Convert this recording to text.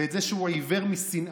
ואת זה שהוא עיוור משנאה,